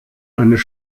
eines